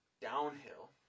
downhill